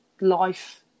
life